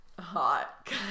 hot